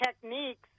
techniques